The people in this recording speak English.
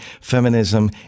Feminism